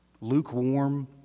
lukewarm